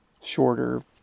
shorter